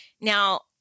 now